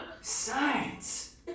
Science